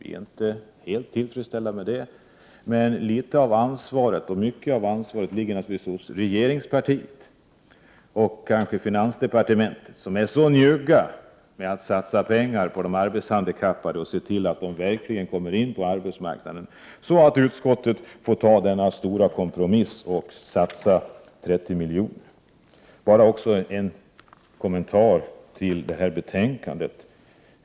Vi är inte helt tillfredsställda med det, men mycket av ansvaret ligger naturligtvis hos regeringspartiet och kanske finansdepartementet, där man är så njugg med att satsa pengar på de arbetshandikappade och se till att de verkligen kommer in på arbetsmarknaden att utskottet har fått åstadkomma denna stora kompromiss och satsa 30 miljoner. Låt mig också bara göra en kommentar till betänkandet.